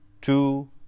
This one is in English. two